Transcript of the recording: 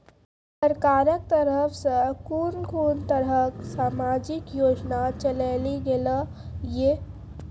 सरकारक तरफ सॅ कून कून तरहक समाजिक योजना चलेली गेलै ये?